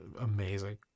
Amazing